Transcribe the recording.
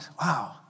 wow